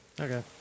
Okay